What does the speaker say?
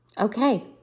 okay